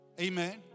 Amen